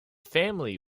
family